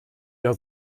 der